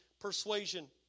persuasion